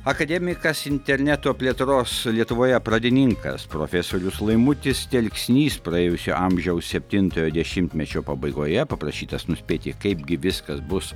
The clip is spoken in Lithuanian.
akademikas interneto plėtros lietuvoje pradininkas profesorius laimutis telksnys praėjusio amžiaus septintojo dešimtmečio pabaigoje paprašytas nuspėti kaipgi viskas bus